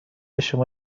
شما